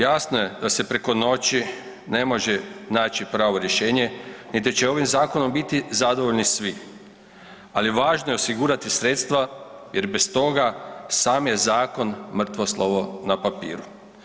Jasno je da se preko noć ne može naći pravo rješenje, niti će ovim zakonom biti zadovoljni svi, ali važno je osigurati sredstava jer bez toga sam je zakon mrtvo slovo na papiru.